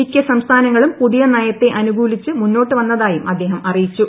മിക്ക സംസ്ഥാനങ്ങളും പുതിയ നയത്തെ അനുകൂലിച്ച് മുന്നോട്ടു വന്നതായും അദ്ദേഹം അറിയിച്ചു